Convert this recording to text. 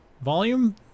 Volume